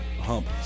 hump